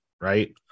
right